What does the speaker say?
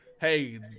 Hey